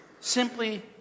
simply